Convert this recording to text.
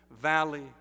valley